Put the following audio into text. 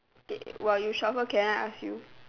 okay while you shuffle can I ask you